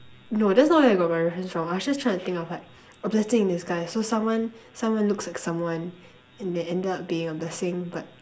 no that's not where I got from reference from I was just trying to think of like a blessing in disguise so someone someone looks like someone and they end up being a blessing but